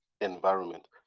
environment